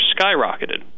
skyrocketed